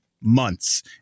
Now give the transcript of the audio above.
months